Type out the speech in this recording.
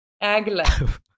Agla